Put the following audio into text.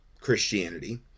Christianity